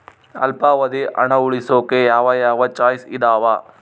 ಅಲ್ಪಾವಧಿ ಹಣ ಉಳಿಸೋಕೆ ಯಾವ ಯಾವ ಚಾಯ್ಸ್ ಇದಾವ?